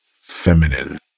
feminine